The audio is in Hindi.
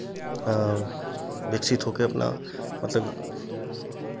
विकसित होके अपना मतलब